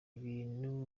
ibintu